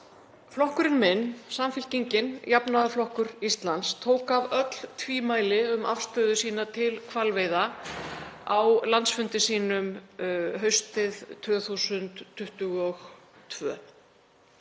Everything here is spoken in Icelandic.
Flokkurinn minn, Samfylkingin – jafnaðarflokkur Íslands, tók af öll tvímæli um afstöðu sína til hvalveiða á landsfundi sínum haustið 2022.